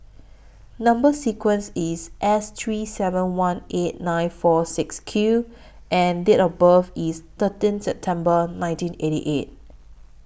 Number sequence IS S three seven one eight nine four six Q and Date of birth IS thirteen September nineteen eighty eight